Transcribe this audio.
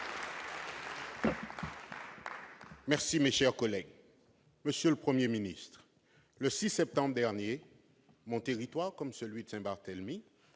Merci, mes chers collègues. Monsieur le Premier ministre, le 6 septembre dernier, mon territoire, Saint-Martin,